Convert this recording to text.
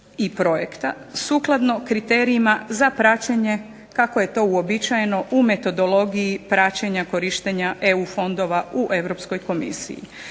i projekta sukladno kriterijima za praćenje kako je to uobičajeno u metodologiji praćenja korištenja EU fondova u Europskoj komisiji.